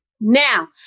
now